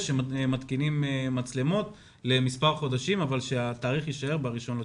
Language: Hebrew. שמתקינים מצלמות במשך מספר חודשים אבל שהתאריך יישאר ה-1 בספטמבר.